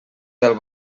del